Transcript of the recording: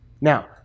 Now